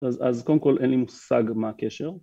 אז, קודם כל אין לי מושג מה הקשר